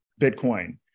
Bitcoin